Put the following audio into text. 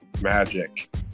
Magic